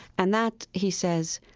and that, he says,